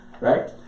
right